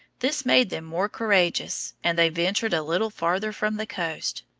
this made them more courageous, and they ventured a little farther from the coast,